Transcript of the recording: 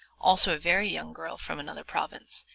also a very young girl, from another province,